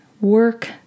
work